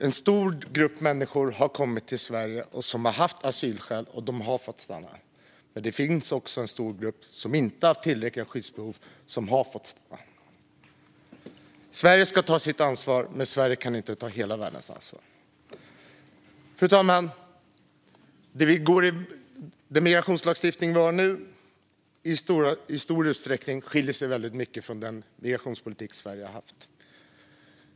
En stor grupp människor har kommit till Sverige och haft asylskäl, och de har fått stanna. Men det finns också en stor grupp som inte har haft tillräckliga skyddsbehov som har fått stanna. Sverige ska ta sitt ansvar, men Sverige kan inte ta hela världens ansvar. Fru talman! Den migrationslagstiftning vi har nu skiljer sig i stor utsträckning från den migrationspolitik som Sverige har haft.